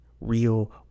real